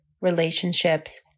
relationships